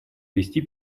вести